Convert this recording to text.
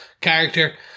character